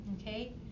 okay